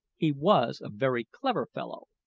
he was a very clever fellow,